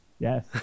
Yes